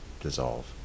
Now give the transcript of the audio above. dissolve